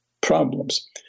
problems